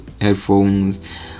headphones